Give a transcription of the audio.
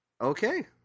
Okay